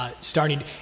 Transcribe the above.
Starting